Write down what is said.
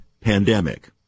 pandemic